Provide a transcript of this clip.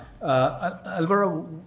Alvaro